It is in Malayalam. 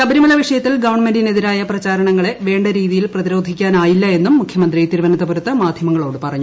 ശബരിമല വിഷയത്തിൽ ഗവൺമെന്റിനെതിരായ പ്രചാരണങ്ങളെ വേണ്ട രീതിയിൽ പ്രതിരോധിക്കാനായില്ല എന്നും മുഖ്യമന്ത്രി തിരുവനന്തപുരത്ത് മാധ്യമങ്ങളോട് പറഞ്ഞു